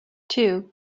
two